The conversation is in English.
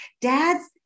Dads